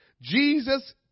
Jesus